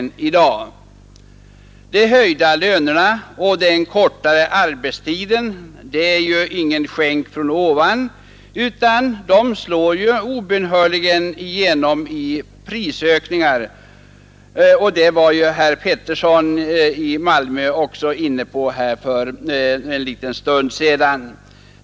De höjda lönerna och den kortare arbetstiden är ju inga skänker från ovan, utan dessa förbättringar slår obönhörligen igenom i prisökningar, vilket herr Arne Pettersson i Malmö också var inne på för en liten stund sedan.